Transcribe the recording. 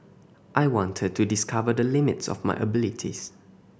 I wanted to discover the limits of my abilities